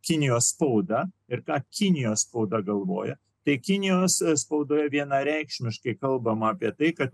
kinijos spauda ir ką kinijos spauda galvoja tai kinijos spaudoje vienareikšmiškai kalbama apie tai kad